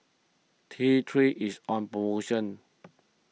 T three is on promotion